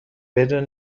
بدون